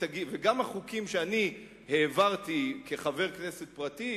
גם החוקים שאני העברתי כחבר כנסת פרטי,